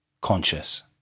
conscious